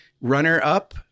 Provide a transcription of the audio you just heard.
runner-up